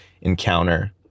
encounter